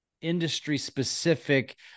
industry-specific